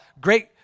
great